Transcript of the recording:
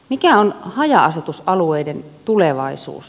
mikä on haja asutusalueiden tulevaisuus